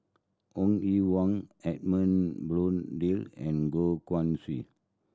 Ong Ye Wung Edmund Blundell and Goh Guan Siew